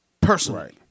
personally